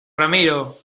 ramiro